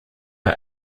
are